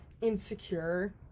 insecure